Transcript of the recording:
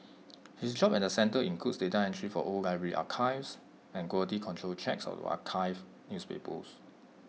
his job at the centre includes data entry for old library archives and quality control checks of archived newspapers